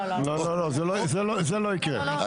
לא, לא, זה לא יקרה.